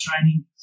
training